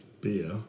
beer